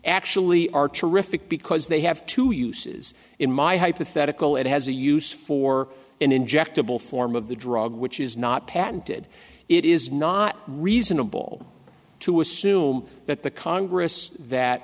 actually are terrific because they have two uses in my hypothetical it has a use for an injectable form of the drug which is not patented it is not reasonable to assume that the congress that